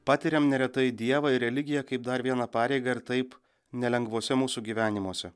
patiriam neretai dievą ir religiją kaip dar vieną pareigą ir taip nelengvuose mūsų gyvenimuose